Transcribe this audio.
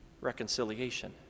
reconciliation